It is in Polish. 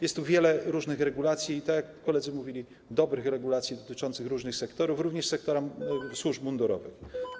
Jest tu wiele różnych regulacji, tak jak koledzy mówili, dobrych regulacji dotyczących różnych sektorów, również sektora służb mundurowych.